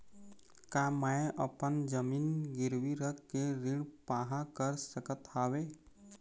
का मैं अपन जमीन गिरवी रख के ऋण पाहां कर सकत हावे?